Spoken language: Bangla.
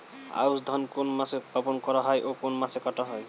আউস ধান কোন মাসে বপন করা হয় ও কোন মাসে কাটা হয়?